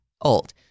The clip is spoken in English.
old